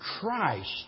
Christ